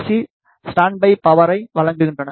C standby பவரை வழங்குகின்றன